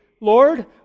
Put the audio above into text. Lord